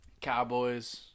Cowboys